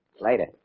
Later